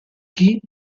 chi